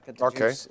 Okay